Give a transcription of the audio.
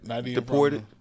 deported